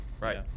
Right